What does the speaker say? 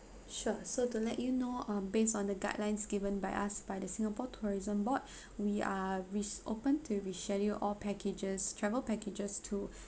sure sir to let you know um based on the guidelines given by us by the singapore tourism board we are risked open to reschedule all packages travel packages to